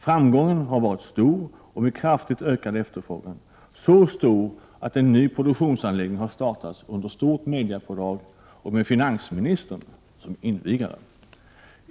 Framgången har varit stor och givit kraftigt ökad efterfrågan — så stor att en ny produktionsanläggning har startats under stort mediapådrag och med finansministern som invigare.